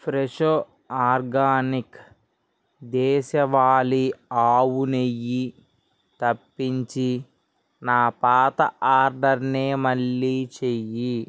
Fresho organic దేశవాళీ ఆవు నెయ్యి తప్పించి నా పాత ఆర్డరునే మళ్ళీ చేయి